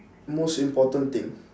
most important thing